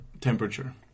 temperature